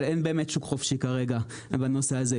אין באמת שוק חופשי כרגע בנושא הזה.